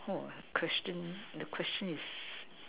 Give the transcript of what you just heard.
oh question the question is